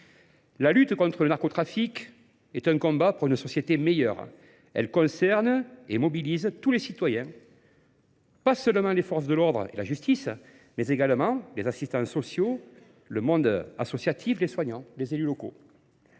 La lutte contre le narcotrafique est un combat pour une société meilleure. Elle concerne et mobilise tous les citoyens. pas seulement les forces de l'ordre et la justice, mais également les assistants sociaux, le monde associatif, les soignants, les élus locaux.